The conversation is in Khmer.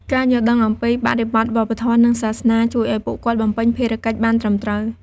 ការយល់ដឹងអំពីបរិបទវប្បធម៌ និងសាសនា ជួយឱ្យពួកគាត់បំពេញភារកិច្ចបានត្រឹមត្រូវ។